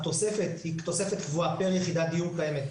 התוספת היא תוספת קבועה פר יחידת דיור קיימת,